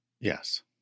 Yes